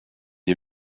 est